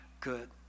good